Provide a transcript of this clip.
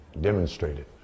demonstrated